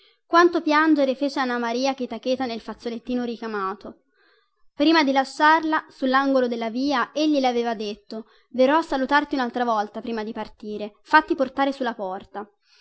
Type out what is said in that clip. quanto piangere fece anna maria cheta cheta nel fazzolettino ricamato prima di lasciarla sullangolo della via egli le aveva detto verrò a salutarti unaltra volta prima di partire fatti portare sulla porta